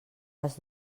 les